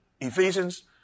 Ephesians